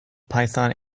python